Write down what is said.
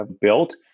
built